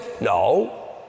No